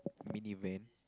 mini van